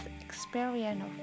experience